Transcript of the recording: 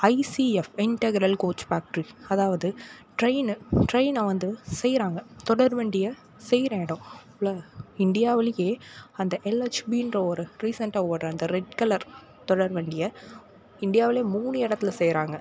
ICF integral coach factory அதாவது train ட்ரெயினை வந்து செய்கிறாங்க தொடர்வண்டியை செய்கிற இடம் உல இண்டியாவுலேயே அந்த எல்ஹெச்பிகிற ஒரு ரீசன்ட்டாக ஓடுற அந்த ரெட் கலர் தொடர்வண்டியை இண்டியாவில் மூணு இடத்துல செய்கிறாங்க